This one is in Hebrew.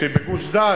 שבגוש-דן,